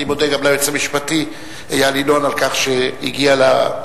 אני מודה גם ליועץ המשפטי איל ינון על כך שהגיע למליאה